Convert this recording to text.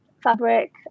Fabric